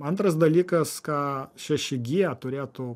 antras dalykas ką šeši gie turėtų